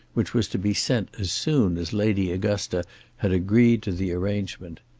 which was to be sent as soon as lady augusta had agreed to the arrangement.